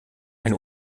ein